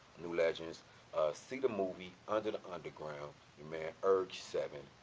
new legends see the movie under the underground you man urg seven,